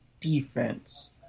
defense